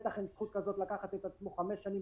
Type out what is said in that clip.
בטח אין זכות כזאת לקחת את עצמו חמש שנים